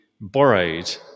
borrowed